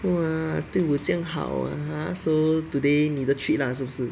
!wah! 对我这样好 !huh! so today 你的 treat lah 是不是